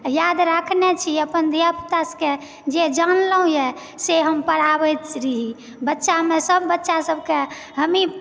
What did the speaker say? याद राखने छी अपन धिया पुता सभकेँ जे जानलहुँ यऽ से हम पढ़ाबैत रही बच्चामे सभ बच्चा सभकेँ हमही